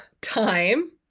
time